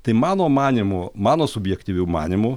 tai mano manymu mano subjektyviu manymu